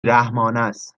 رحمانست